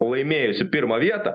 laimėjusi pirmą vietą